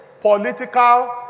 political